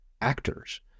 actors